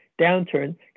downturn